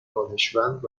دانشمند